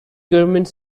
government